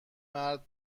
مرد